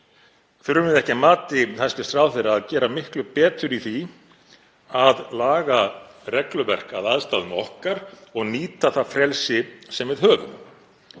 Þurfum við ekki að mati hæstv. ráðherra að gera miklu betur í því að laga regluverk að aðstæðum okkar og nýta það frelsi sem við höfum?